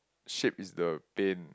shape is the pane